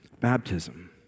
baptism